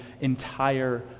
entire